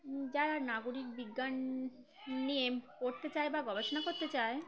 যারা নাগরিক বিজ্ঞান নিয়ে পড়তে চায় বা গবেষণা করতে চায়